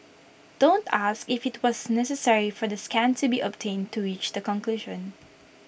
don't ask if IT was necessary for the scan to be obtained to reach the conclusion